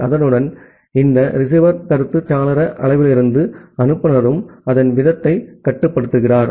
அதனுடன் இந்த ரிசீவர் கருத்து சாளர அளவிலிருந்து அனுப்புநரும் அதன் வீதத்தைக் கட்டுப்படுத்துகிறார்